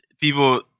people